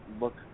look